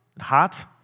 hot